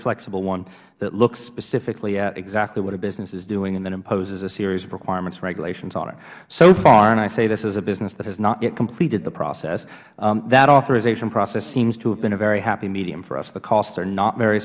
flexible one that looks specifically at exactly what a business is doing and then imposes a series of requirements and regulations on it so farh and i say this as a business that has not yet completed the processh that authorization process seems to have been a very happy medium for us the costs are not very